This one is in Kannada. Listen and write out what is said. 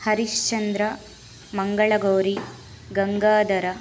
ಹರೀಶ್ಚಂದ್ರ ಮಂಗಳಗೌರಿ ಗಂಗಾಧರ